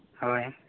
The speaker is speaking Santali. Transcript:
ᱦᱳᱭ